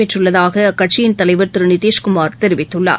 பெற்றுள்ளதாக அக்கட்சியின் தலைவர் திரு நிதிஷ்குமார் தெரிவித்துள்ளார்